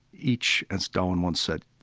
each as darwin once said,